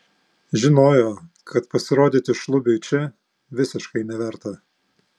žinojo kad pasirodyti šlubiui čia visiškai neverta